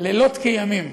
לילות כימים